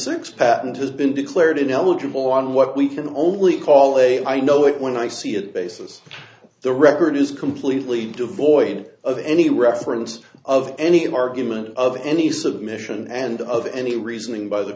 six patent has been declared ineligible on what we can only call a i know it when i see it basis the record is completely devoid of any reference of any argument of any submission and of any reasoning by the